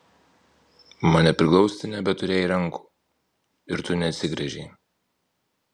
mane priglausti nebeturėjai rankų ir tu neatsigręžei